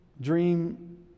dream